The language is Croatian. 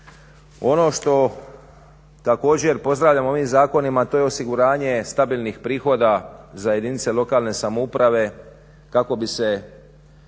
Ono što također pozdravljam ovim zakonima a to je osiguranje stabilnih prihoda za jedince lokalne samouprave kako bi se